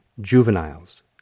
juveniles